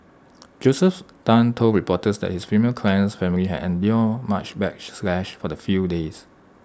Josephus Tan told reporters that his female client's family had endured much backlash for the few days